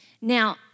Now